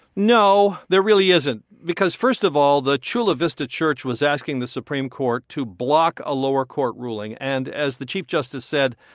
no, there really isn't. because, first of all, the chula vista church was asking the supreme court to block a lower court ruling. and as the chief justice said,